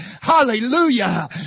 Hallelujah